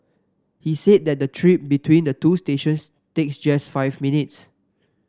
he said that the trip between the two stations takes just five minutes